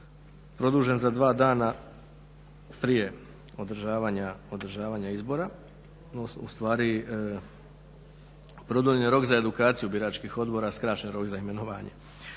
produžen za 2 dana prije održavanja izbora, ustvari produljen je rok za edukaciju biračkih odbora, a skraćen rok za imenovanje.